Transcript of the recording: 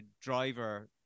driver